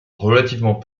relativement